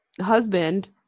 husband